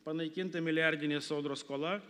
panaikinta milijardinė sodros skola